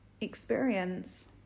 experience